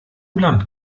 land